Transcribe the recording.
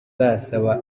basaba